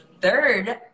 third